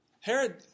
Herod